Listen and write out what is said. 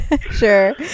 Sure